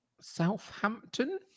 Southampton